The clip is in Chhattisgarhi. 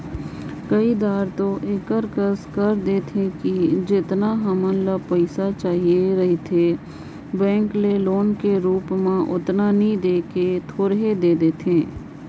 कए धाएर दो एकर कस कइर देथे कि जेतना हमन ल पइसा चाहिए रहथे बेंक ले लोन के रुप म ओतना नी दे के थोरहें दे देथे